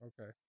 okay